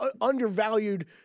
undervalued